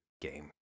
game